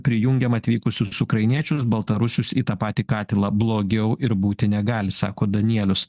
prijungiam atvykusius ukrainiečius baltarusius į tą patį katilą blogiau ir būti negali sako danielius